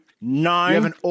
Nine